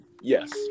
Yes